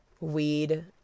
weed